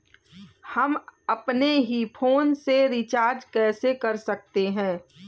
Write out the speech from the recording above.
हम अपने ही फोन से रिचार्ज कैसे कर सकते हैं?